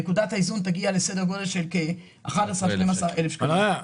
נקודתה איזון תגיע לסדר גודל של כ-12-11 אלף שקלים.